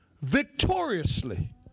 victoriously